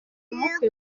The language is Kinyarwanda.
ubukwe